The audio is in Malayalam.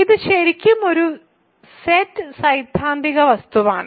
ഇത് ശരിക്കും ഒരു സെറ്റ് സൈദ്ധാന്തിക വസ്തുവാണ്